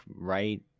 right